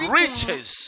riches